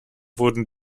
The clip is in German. wurden